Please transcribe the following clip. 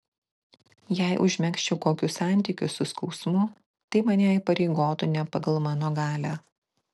jei užmegzčiau kokius santykius su skausmu tai mane įpareigotų ne pagal mano galią